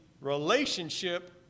relationship